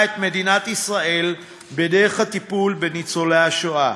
את מדינת ישראל בדרך הטיפול בניצולי השואה.